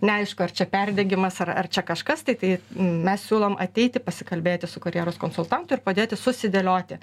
neaišku ar čia perdegimas ar ar čia kažkas tai tai mes siūlom ateiti pasikalbėti su karjeros konsultantu ir padėti susidėlioti